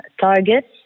targets